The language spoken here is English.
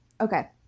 okay